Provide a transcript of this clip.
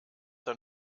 dann